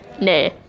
Nah